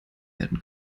werden